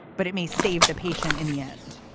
but it may save the patient in the end.